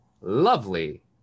lovely